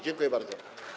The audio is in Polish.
Dziękuję bardzo.